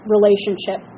relationship